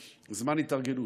זמן התארגנות,